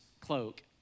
cloak